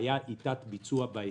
הבעיה היא תת ביצוע בהיצע.